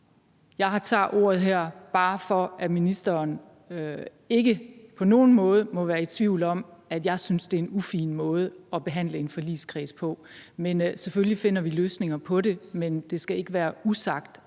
Jeg tager ordet her, bare for at ministeren ikke på nogen måde må være i tvivl om, at jeg synes, at det er en ufin måde at behandle en forligskreds på. Men selvfølgelig finder vi løsninger på det, men det skal ikke være usagt,